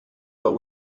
but